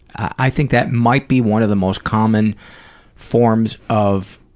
i think that might be one of the most common forms of